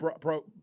pro